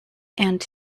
and